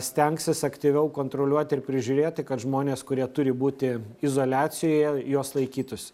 stengsis aktyviau kontroliuoti ir prižiūrėti kad žmonės kurie turi būti izoliacijoje jos laikytųsi